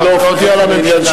אני מבקש להודיע לממשלה.